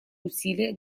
усилия